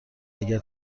اگر